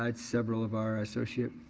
ah several of our associate